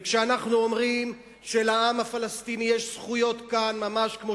וכשאנחנו אומרים שלעם הפלסטיני יש זכויות כאן ממש כמו